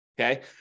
okay